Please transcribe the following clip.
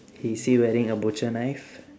is he wearing a butcher knife